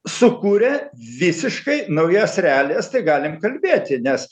sukūrė visiškai naujas realijas tai galim kalbėti nes